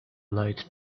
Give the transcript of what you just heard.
light